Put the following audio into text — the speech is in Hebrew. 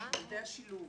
ילדי השילוב.